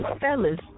fellas